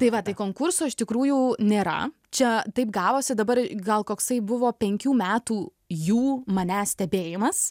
tai va tai konkurso iš tikrųjų nėra čia taip gavosi dabar gal koksai buvo penkių metų jų manęs stebėjimas